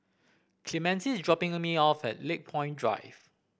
Clemente is dropping me off at Lakepoint Drive